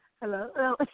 Hello